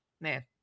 man